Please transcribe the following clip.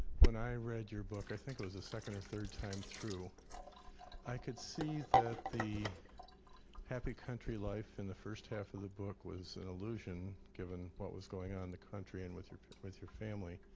when i read your book i think it was the second or third time through i could see that the happy country life in the first half of the book was an illusion, given what was going on in the country and with your with your family.